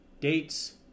dates